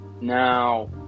Now